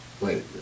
Wait